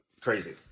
crazy